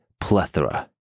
plethora